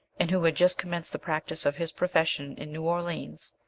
and who had just commenced the practice of his profession in new orleans,